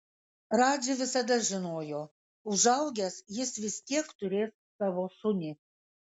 radži visada žinojo užaugęs jis vis tiek turės savo šunį